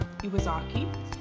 Iwazaki